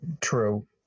true